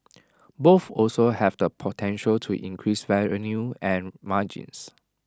both also have the potential to increase revenue and margins